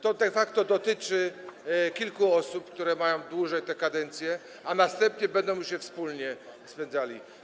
To de facto dotyczy kilku osób, które mają dłuższe te kadencje, a następnie będą już wspólnie spędzali.